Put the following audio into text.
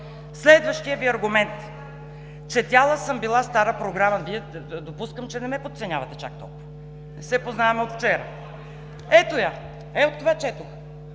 Следващият Ви аргумент – четяла съм била стара програма. Допускам, че не ме подценявате чак толкова. Не се познаваме от вчера. Ето я, от това четох.